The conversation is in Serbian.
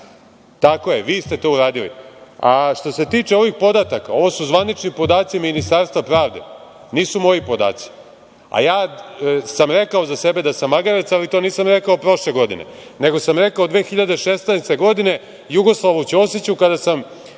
sam.)Tako je, vi ste to uradili. Što se tiče ovih podataka, ovo su zvanični podaci Ministarstva pravde, nisu moji podaci, a ja sam rekao za sebe da sam magarac, ali to nisam rekao prošle godine, nego sam rekao 2016. godine Jugoslavu Ćosiću, kada sam